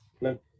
Let